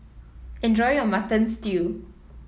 enjoy your Mutton Stew